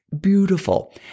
beautiful